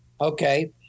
Okay